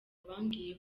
bambwiye